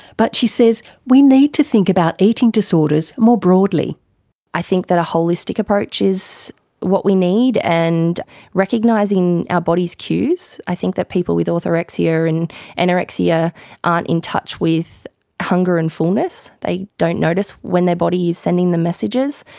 but she says we need to think about eating disorders more broadly i think that a holistic approach is what we need, and recognising our body's cues. i think that people with orthorexia and anorexia aren't in touch with hunger and fullness, they don't notice when their body is sending them messages.